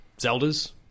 Zelda's